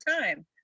time